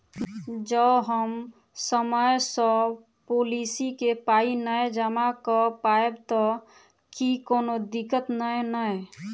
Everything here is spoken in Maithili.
जँ हम समय सअ पोलिसी केँ पाई नै जमा कऽ पायब तऽ की कोनो दिक्कत नै नै?